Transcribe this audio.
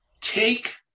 take